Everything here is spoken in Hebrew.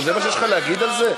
זה מה שיש לך להגיד על זה?